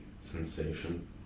sensation